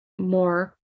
more